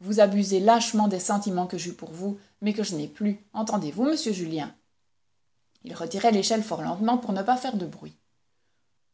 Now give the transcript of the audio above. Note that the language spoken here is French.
vous abusez lâchement des sentiments que j'eus pour vous mais que je n'ai plus entendez-vous monsieur julien il retirait l'échelle fort lentement pour ne pas faire de bruit